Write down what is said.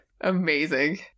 Amazing